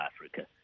Africa